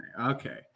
okay